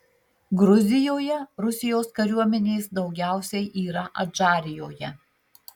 gruzijoje rusijos kariuomenės daugiausiai yra adžarijoje